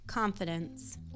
Confidence